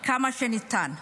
כמה שניתן.